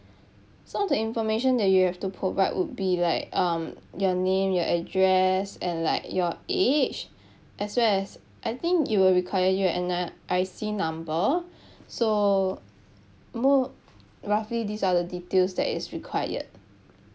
some of the information that you have to provide would be like um your name your address and like your age as well as I think it will require your N_R_I_C number so more roughly these are the details that is required